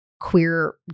queer